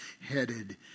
headed